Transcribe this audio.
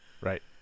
Right